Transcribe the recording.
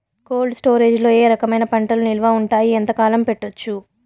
Cold storage లో ఏ రకమైన పంటలు నిలువ ఉంటాయి, ఎంతకాలం పెట్టొచ్చు?